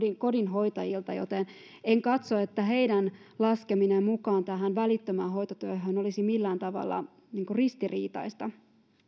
kodinhoitajilta siksi en katso että heidän laskemisensa mukaan välittömään hoitotyöhön olisi millään tavalla ristiriitaista